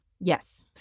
Yes